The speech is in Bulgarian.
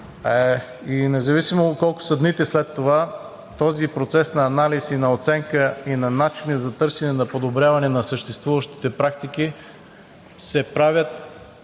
и независимо колко са дните след това, този процес на анализ и на оценка, и на начини за търсене на подобряване на съществуващите практики се правят